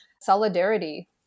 solidarity